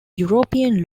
european